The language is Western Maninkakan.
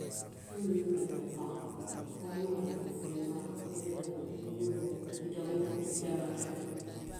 Koyimaa, buluuriŋo, netemunkoo, kuccaajiimaa janbakeroo, finmaa ee basaŋo wo bee bi jee le.